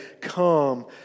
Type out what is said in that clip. come